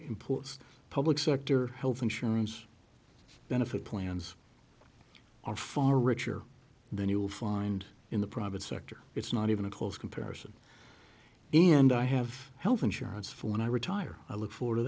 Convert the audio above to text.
imports public sector health insurance benefit plans are far richer than you'll find in the private sector it's not even a close comparison and i have health insurance for when i retire i look for